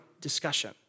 discussion